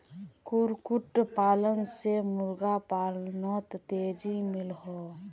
कुक्कुट पालन से मुर्गा पालानोत तेज़ी मिलोहो